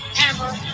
hammer